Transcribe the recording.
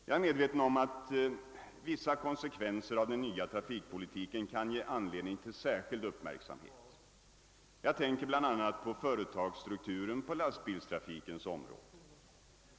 Jag är medveten om att vissa konsekvenser av den nya trafikpolitiken kan ge anledning till särskild uppmärksamhet; jag tänker t.ex. på företagsstrukturen på lastbilstrafikens område.